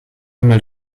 einmal